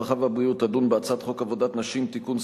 הרווחה והבריאות תדון בהצעת חוק עבודת נשים (תיקון,